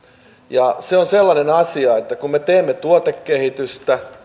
ja se on sellainen asia että kun me teemme tuotekehitystä